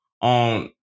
on